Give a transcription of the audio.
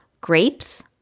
grapes